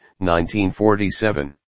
1947